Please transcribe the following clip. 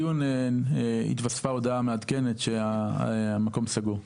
אחת הבעיות בחולון, לדוגמה, היא שהמקום מאוד קטן.